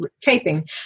taping